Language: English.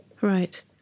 Right